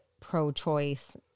pro-choice